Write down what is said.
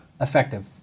Effective